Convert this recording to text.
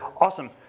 Awesome